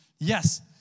Yes